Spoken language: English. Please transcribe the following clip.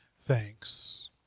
thanks